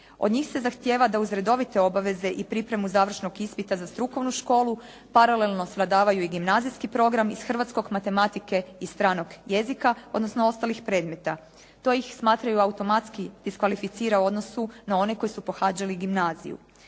Od njih se zahtijeva da uz redovite obaveze i pripremu završnog ispita za strukovnu školu paralelno svladavaju i gimnazijski program iz hrvatskog, matematike i stranog jezika, odnosno ostalih predmeta. To ih, smatraju, automatski diskvalificira u odnosu na one koji su pohađali gimnaziju.